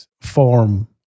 form